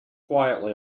quietly